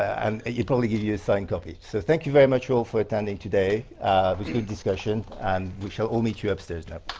and he'll probably give you a signed copy. so thank you very much all for attending today with your discussion, and we shall all meet you upstairs now.